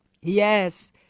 Yes